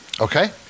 Okay